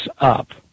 up